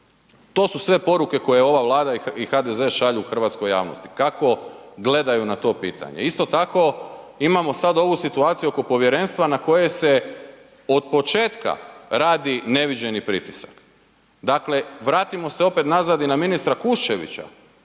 To su sve poruke koje ova Vlada i HDZ šalju hrvatskoj javnosti kako gledaju na to pitanje. Isto tako imamo sad ovu situaciju oko povjerenstva na koje se od početka radi neviđeni pritisak. Dakle, vratimo se opet nazad i na ministra Kuščevića